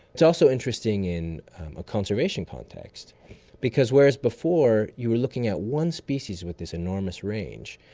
it's also interesting in a conservation context because whereas before you were looking at one species with this enormous range,